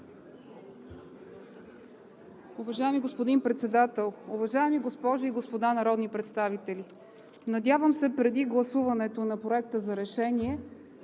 Уважаеми господин Председател, уважаеми госпожи и господа народни представители! Надявам се преди гласуването на Проекта за решение